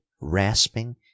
rasping